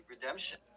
redemption